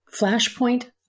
Flashpoint